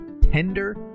tender